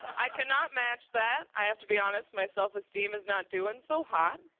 i cannot match that i to be honest. my self-esteem is not doing so hot.